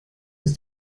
ist